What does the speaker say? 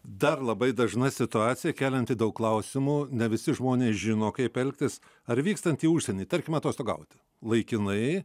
dar labai dažna situacija kelianti daug klausimų ne visi žmonės žino kaip elgtis ar vykstant į užsienį tarkim atostogauti laikinai